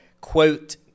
quote